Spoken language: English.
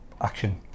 action